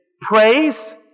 praise